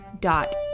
dot